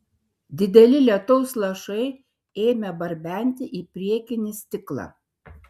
dideli lietaus lašai ėmė barbenti į priekinį stiklą